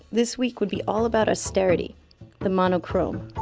this week would be all about austerity the monochrome.